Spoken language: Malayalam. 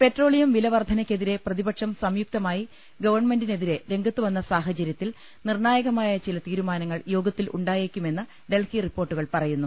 പെട്രോളിയം വിലവർദ്ധന ക്കെതിരെ പ്രതിപക്ഷം സംയുക്തമായി ഗവൺമെന്റിനെതിരെ രംഗത്തുവന്ന സാഹചര്യത്തിൽ നിർണ്ണായകമായ ചില തീരുമാ നങ്ങൾ യോഗത്തിൽ ഉണ്ടായേക്കുമെന്ന് ഡൽഹി റിപ്പോർട്ടു കൾ പറയുന്നു